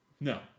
No